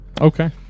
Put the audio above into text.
Okay